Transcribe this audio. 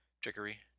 trickery